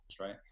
right